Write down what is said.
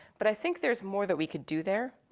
but i think there's more that we could do there.